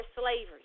slavery